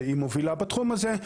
שהיא מובילה בתחום הזה,